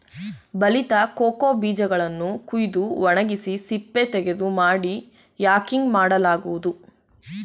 ಬಲಿತ ಕೋಕೋ ಬೀಜಗಳನ್ನು ಕುಯ್ದು ಒಣಗಿಸಿ ಸಿಪ್ಪೆತೆಗೆದು ಮಾಡಿ ಯಾಕಿಂಗ್ ಮಾಡಲಾಗುವುದು